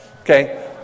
Okay